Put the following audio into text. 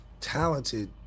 talented